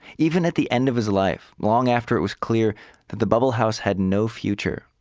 even at the end of his life, long after it was clear that the bubble house had no future,